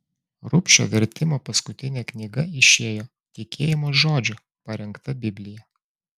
rubšio vertimo paskutinė knyga išėjo tikėjimo žodžio parengta biblija